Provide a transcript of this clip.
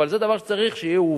אבל זה דבר שצריך שיובהר.